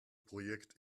projekt